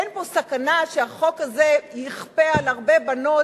אין פה סכנה שהחוק הזה יכפה על הרבה בנות